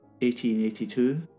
1882